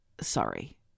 Sorry